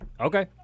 Okay